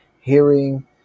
hearing